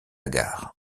gare